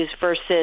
versus